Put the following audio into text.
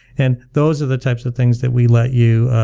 and those are the types of things that we let you